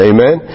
Amen